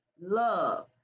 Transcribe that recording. love